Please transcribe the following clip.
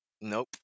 nope